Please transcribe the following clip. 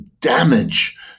damage